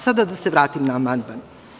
Sada da se vratim na amandman.